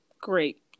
great